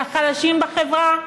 על החלשים בחברה?